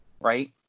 right